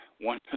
One